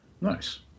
Nice